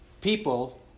people